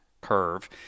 curve